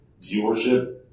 viewership